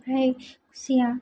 आमफ्राय खुसिया